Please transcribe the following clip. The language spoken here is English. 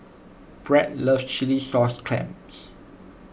Brad loves Chilli Sauce Clams